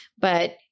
But-